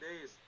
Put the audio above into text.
days